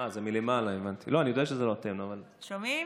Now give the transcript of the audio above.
שומעים?